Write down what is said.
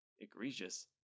Egregious